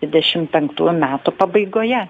dvidešim penktųjų metų pabaigoje